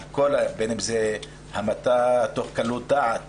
בין אם זה המתה מתוך קלות דעת,